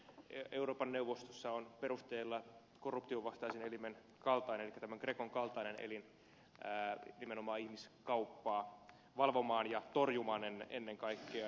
euroopan neuvostossa on perusteilla korruptionvastaisen elimen kaltainen grecon kaltainen elin nimenomaan ihmiskauppaa valvomaan ja torjumaan ennen kaikkea